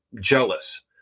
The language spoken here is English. jealous